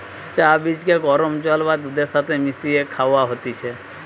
চা বীজকে গরম জল বা দুধের সাথে মিশিয়ে খায়া হতিছে